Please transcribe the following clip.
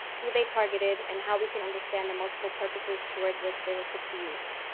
who they targeted, and how we can understand the multiple purposes towards which they were put to use.